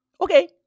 okay